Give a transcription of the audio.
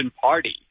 party